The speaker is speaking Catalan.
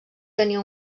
tenia